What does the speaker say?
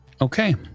Okay